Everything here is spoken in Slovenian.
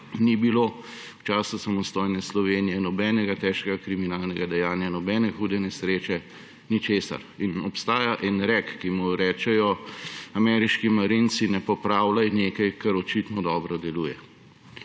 ni bilo v času samostojne Slovenije nobenega težkega kriminalnega dejanja, nobene hude nesreče, ničesar. Obstaja en rek, rečejo ameriški marinci: Ne popravljal nekaj, kar očitno dobro deluje.